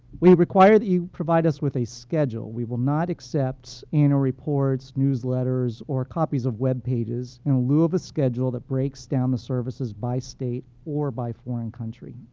we require that you provide us with a schedule. we will not accept annual reports, newsletters, or copies of web pages in lieu of a schedule that breaks down the services by state or by foreign country.